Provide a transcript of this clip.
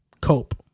cope